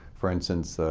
for instance,